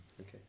Okay